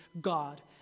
God